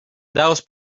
daos